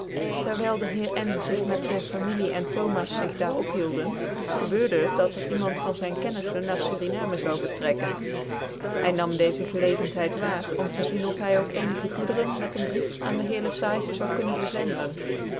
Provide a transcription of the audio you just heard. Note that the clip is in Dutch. terwijl de heer n tig met zyn familie en thomas zig daar ophielden gebeurde het dat er iemand van zyn kenniflen na suriname zou vertrekken hy nam dcezc gclcgcntluid waar om te zien of hy ook ccnigc goederen met een brief aan de heer le sage zoude kunnen zenden